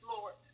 Lord